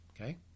okay